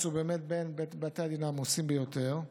הוא באמת בין בתי הדין העמוסים ביותר.